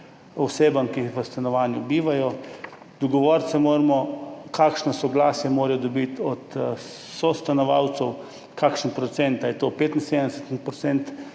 osebam, ki v stanovanju bivajo. Dogovoriti se moramo, kakšno soglasje morajo dobiti od sostanovalcev, kakšen procent, ali 75